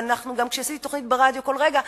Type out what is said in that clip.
וגם כשעשיתי תוכנית ברדיו "קול רגע",